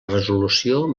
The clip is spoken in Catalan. resolució